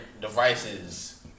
devices